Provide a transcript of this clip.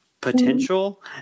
potential